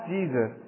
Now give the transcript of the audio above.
Jesus